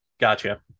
Gotcha